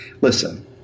Listen